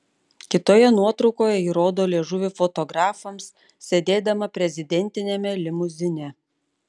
kitoje nuotraukoje ji rodo liežuvį fotografams sėdėdama prezidentiniame limuzine